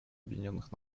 объединенных